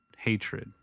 hatred